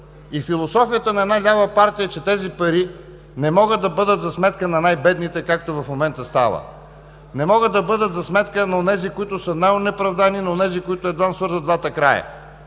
Философията на една лява партия е, че тези пари не могат да бъдат за сметка на най-бедните, както става в момента. Не могат да бъдат за сметка на онези, които са най-онеправдани, на онези, които едвам свързват двата края.